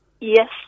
Yes